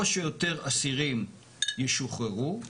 או שיותר אסירים ישוחררו,